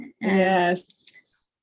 yes